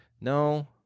No